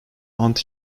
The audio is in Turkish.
ant